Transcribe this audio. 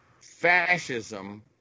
fascism